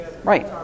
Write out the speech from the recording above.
Right